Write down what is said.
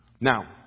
now